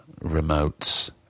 remotes